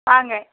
வாங்க